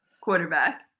Quarterback